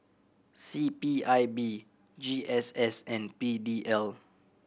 C P I B G S S and P D L